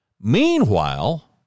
Meanwhile